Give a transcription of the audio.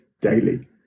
daily